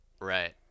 Right